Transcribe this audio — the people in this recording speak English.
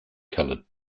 colored